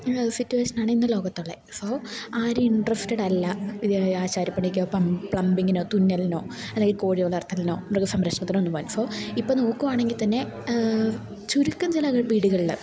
സിറ്റുവേഷനാണ് ഇന്ന് ലോകത്തുള്ളത് സോ ആരും ഇൻട്രസ്റ്റഡ് അല്ല ആശാരപ്പണിക്കോ പ പ്ലംമ്പിങ്ങിനോ തുന്നലിനോ അല്ലെങ്കിൽ കോഴി വളർത്തലിനോ മൃഗ സംരക്ഷണത്തിന് ഒന്നു പോകാൻ സോ ഇപ്പം നോക്കുകയാണെങ്കിൽ തന്നെ ചുരുക്കം ചില വീടുകളിൽ